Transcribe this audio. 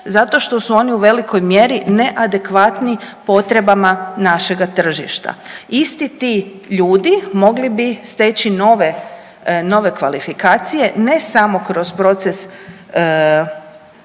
zato što su oni u velikoj mjeri neadekvatni potrebama našega tržišta. Isti ti ljudi mogli bi steći nove, nove kvalifikacije ne samo kroz proces